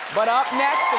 but up next